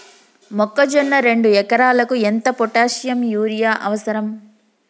మొక్కజొన్న రెండు ఎకరాలకు ఎంత పొటాషియం యూరియా అవసరం?